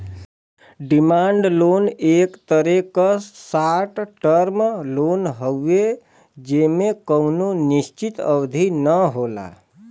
demand loan एक तरे क शार्ट टर्म लोन हउवे जेमे कउनो निश्चित अवधि न होला